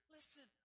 Listen